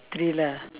thriller